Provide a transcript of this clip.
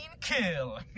kill